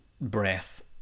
breath